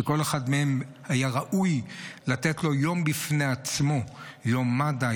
שלכל אחד מהם היה ראוי לתת לו יום בפני עצמו: יום מד"א,